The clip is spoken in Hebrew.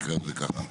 נקרא לזה ככה.